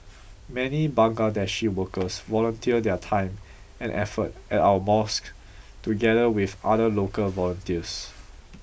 many Bangladeshi workers volunteer their time and effort at our mosques together with other local volunteers